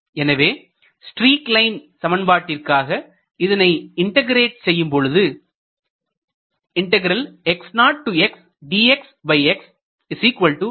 எனவே streak line சமன்பாட்டிற்காக இதனை இன்டகிரேட் செய்யும்பொழுது என்று அமையும்